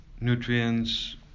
nutrients